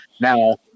Now